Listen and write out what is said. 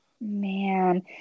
Man